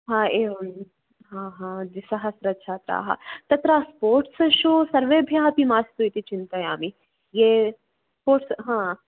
आम् एवं आम् आम् द्विसहस्रच्छात्राः तत्र स्पोर्ट्स् शू सर्वेभ्यः अपि मास्तु इति चिन्तयामि ये स्पोर्ट्स् आम्